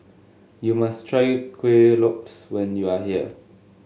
you must try Kuih Lopes when you are here